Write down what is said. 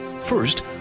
First